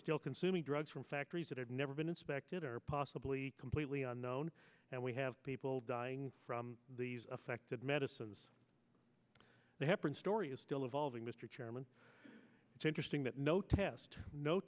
still consuming drugs from factories that have never been inspected or possibly completely unknown and we have people dying from these affected medicines they happen story is still evolving mr chairman to interesting that no test no